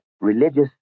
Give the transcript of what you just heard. religious